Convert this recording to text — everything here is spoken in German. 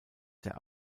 der